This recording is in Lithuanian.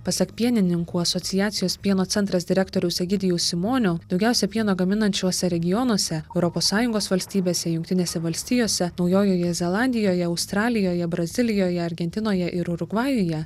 pasak pienininkų asociacijos pieno centras direktoriaus egidijaus simonio daugiausiai pieno gaminančiuose regionuose europos sąjungos valstybėse jungtinėse valstijose naujojoje zelandijoje australijoje brazilijoje argentinoje ir urugvajuje